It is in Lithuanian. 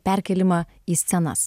perkėlimą į scenas